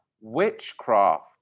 witchcraft